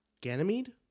Ganymede